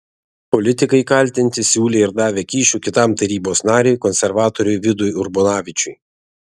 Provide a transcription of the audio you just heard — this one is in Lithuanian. politikai kaltinti siūlę ir davę kyšių kitam tarybos nariui konservatoriui vidui urbonavičiui